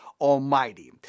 almighty